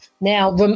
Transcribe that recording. Now